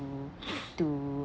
to to